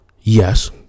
Yes